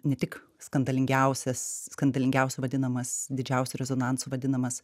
ne tik skandalingiausias skandalingiausiu vadinamas didžiausiu rezonansu vadinamas